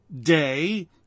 day